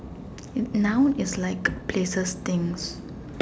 noun is like places things